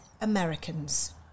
Americans